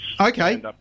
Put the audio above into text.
Okay